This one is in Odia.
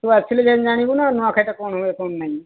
ତୁ ଆସିଲେ ଯାଇ ଜାଣିବୁ ନା ନୂଆଖାଇଟା କ'ଣ ହୁଏ କ'ଣ ନାଇ